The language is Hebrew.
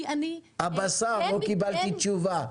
הבשר, לא קיבלתי תשובה.